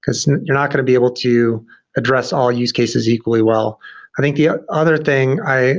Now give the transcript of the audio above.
because you're not going to be able to address all use cases equally well i think yeah the other thing, i